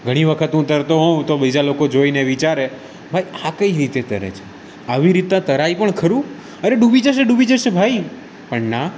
ઘણી વખત હું તરતો હોઉં તો બીજા લોકો જોઈને વિચારે ભાઈ આ કઈ રીતે તરે છે આવી રીતના તરાય પણ ખરું અરે ડૂબી જશે ડૂબી જશે ભાઈ પણ ના